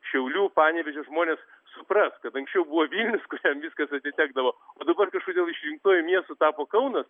šiaulių panevėžio žmonės supras kad anksčiau buvo vilnius kuriam viskas atitekdavo o dabar kažkodėl išrinktuoju miestu tapo kaunas